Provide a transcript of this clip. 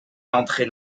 l’entrée